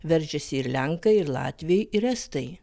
veržiasi ir lenkai ir latviai ir estai